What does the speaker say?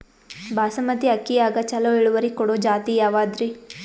ಬಾಸಮತಿ ಅಕ್ಕಿಯಾಗ ಚಲೋ ಇಳುವರಿ ಕೊಡೊ ಜಾತಿ ಯಾವಾದ್ರಿ?